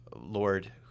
Lord